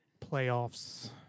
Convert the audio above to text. Playoffs